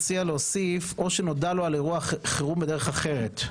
מציע להוסיף או "שנודע לו על אירוע חירום בדרך אחרת".